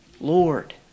Lord